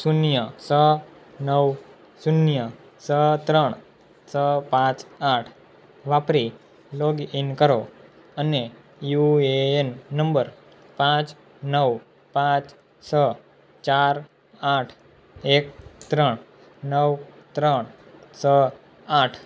શૂન્ય છ નવ શૂન્ય છ ત્રણ છ પાંચ આઠ વાપરી લોગઇન કરો અને યુ એ એન નંબર પાંચ નવ પાંચ છ ચાર આઠ એક ત્રણ નવ ત્રણ છ આઠ